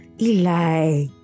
Eli